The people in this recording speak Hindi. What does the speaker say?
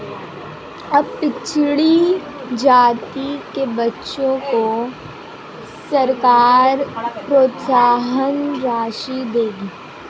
अब पिछड़ी जाति के बच्चों को सरकार प्रोत्साहन राशि देगी